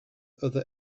other